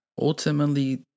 Ultimately